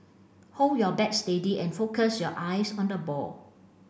hold your bat steady and focus your eyes on the ball